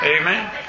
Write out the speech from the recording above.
Amen